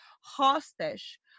hostage